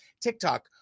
TikTok